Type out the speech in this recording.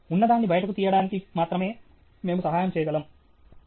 ఉన్నదాన్ని బయటకు తీయడానికి కి మాత్రమే మేము సహాయం చేయగలము